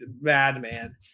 madman